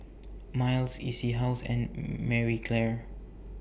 Miles E C House and Marie Claire